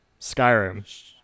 skyrim